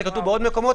זה כתוב בעוד מקומות.